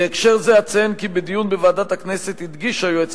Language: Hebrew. בהקשר זה אציין כי בדיון בוועדת הכנסת הדגיש היועץ